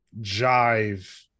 jive